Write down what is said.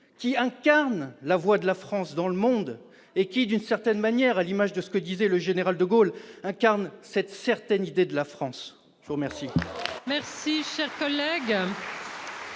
qui incarnent la voix de la France dans le monde et qui, d'une certaine manière, à l'image de ce que disait le général de Gaulle, incarnent « une certaine idée de la France »? La parole